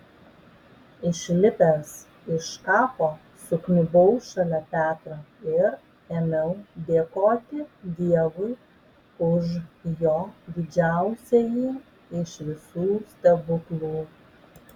išlipęs iš kapo sukniubau šalia petro ir ėmiau dėkoti dievui už jo didžiausiąjį iš visų stebuklų